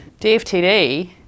DFTD